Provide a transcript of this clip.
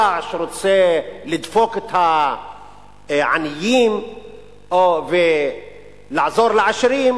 שרוצה לדפוק את העניים ולעזור לעשירים,